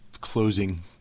closing